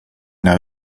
know